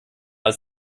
als